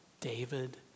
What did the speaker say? David